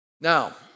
Now